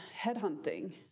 headhunting